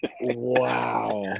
Wow